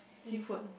seafood lah